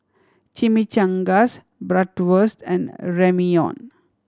Chimichangas Bratwurst and Ramyeon